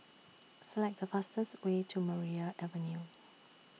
Select The fastest Way to Maria Avenue